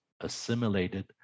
assimilated